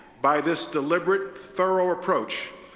by this deliberate, thorough approach,